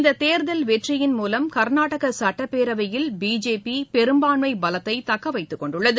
இந்த தேர்தல் வெற்றியின் மூலம் கர்நாடக சட்டப்பேரவையில் பிஜேபி பெரும்பான்மை பலத்தை தக்க வைத்துக் கொண்டுள்ளது